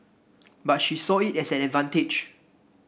but she saw it as an advantage